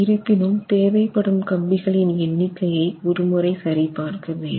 இருப்பினும் தேவை படும் கம்பிகளின் எண்ணிக்கையை ஒரு முறை சரி பார்க்க வேண்டும்